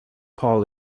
paul